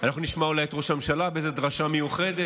אנחנו נשמע אולי את ראש הממשלה באיזו דרשה מיוחדת